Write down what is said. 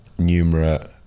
numerate